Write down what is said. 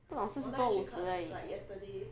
不懂四十多五十而已